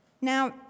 now